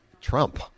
Trump